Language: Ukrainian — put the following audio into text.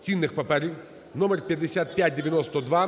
цінних паперів) (5592).